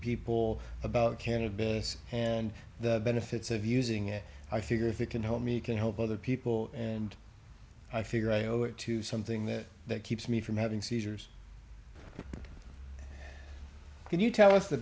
people about can it be and the benefits of using it i figure if it can hold me can help other people and i figure i owe it to something that keeps me from having seizures can you tell us the